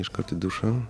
iškart į dušą